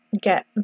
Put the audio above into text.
get